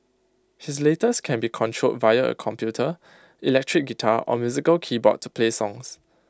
his latest can be controlled via A computer electric guitar or musical keyboard to play songs